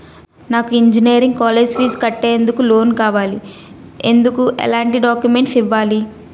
నాకు engineering college fees కట్టేందుకు loan కావాలి, ఎందుకు ఎలాంటి డాక్యుమెంట్స్ ఇవ్వాలి?